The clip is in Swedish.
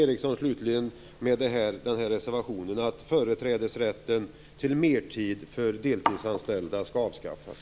Vill Dan Ericsson med reservationen, slutligen, att företrädesrätten till mertid för deltidsanställda skall avskaffas?